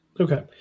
okay